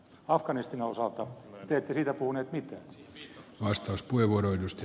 afganistanin osalta te ette siitä puhuneet mitään